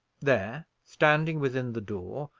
there, standing within the door,